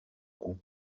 cou